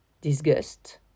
disgust